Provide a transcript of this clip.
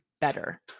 better